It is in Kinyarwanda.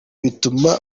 bituma